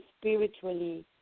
spiritually